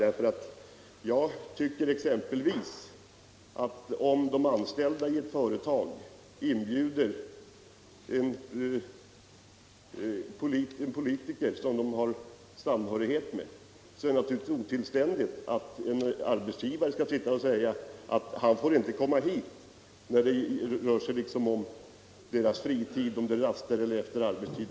Jag tycker exempelvis att det är otillständigt av en arbetsgivare i ett företag att inte tillåta fackliga lokala organisationer att inbjuda en politiker, som de har samhörighet med, för att diskutera med denne under fritid, på raster eller efter arbetstid.